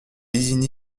isigny